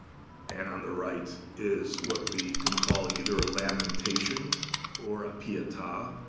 and on the right, is what we can call either a lamentation or a pieta,